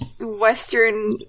Western